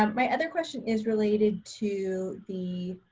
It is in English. um my other question is related to the,